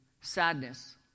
sadness